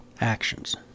actions